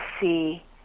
see